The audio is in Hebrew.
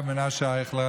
הרב מנשה אייכלר,